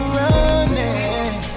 running